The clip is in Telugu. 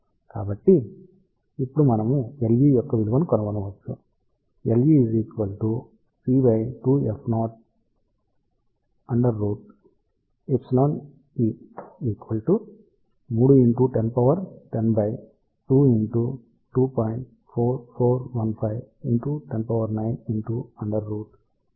కాబట్టి ఇప్పుడు మనము Le యొక్క విలువను కనుగొనవచ్చు కాబట్టి L 3